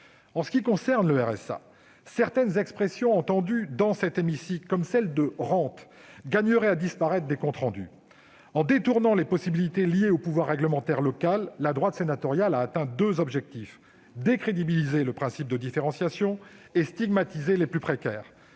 par la rapporteure pour avis. Certaines expressions entendues dans cet hémicycle concernant le RSA- je pense au mot « rente » -gagneraient à disparaître des comptes rendus. En détournant les possibilités qu'offre le pouvoir réglementaire local, la droite sénatoriale a atteint deux objectifs : décrédibiliser le principe de différenciation et stigmatiser les plus précaires.